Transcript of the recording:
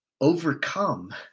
overcome